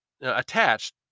attached